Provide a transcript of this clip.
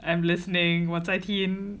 I'm listening 我在听